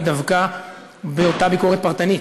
היא דווקא באותה ביקורת פרטנית.